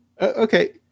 Okay